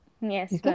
Yes